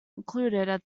included